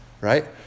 right